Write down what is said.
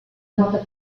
noted